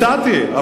הצעתי,